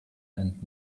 and